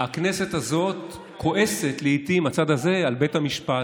הכנסת הזאת כועסת לעיתים, הצד הזה, על בית המשפט.